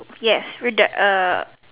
yes we are done err